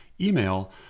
email